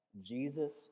Jesus